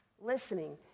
Listening